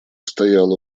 стояла